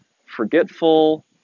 forgetful